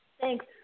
Thanks